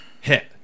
hit